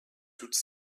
toute